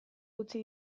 utzi